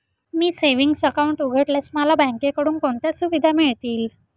मी savings account उघडल्यास मला बँकेकडून कोणत्या सुविधा मिळतील?